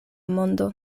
mondo